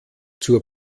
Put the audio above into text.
zur